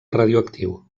radioactiu